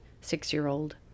six-year-old